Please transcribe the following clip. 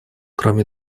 кроме